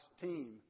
team